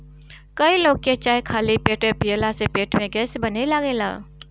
कई लोग के चाय खाली पेटे पियला से पेट में गैस बने लागेला